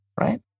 right